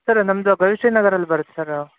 sir ನಮ್ದು ಭವಿಷ್ ನಗರಲಿ ಬರತ್ತೆ ಸರ್